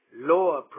lower